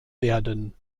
werden